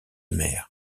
mer